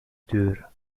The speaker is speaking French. tour